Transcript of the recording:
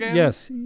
yes.